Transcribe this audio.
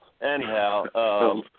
Anyhow